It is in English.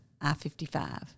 I-55